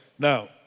Now